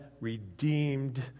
redeemed